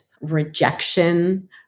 rejection